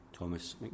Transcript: Thomas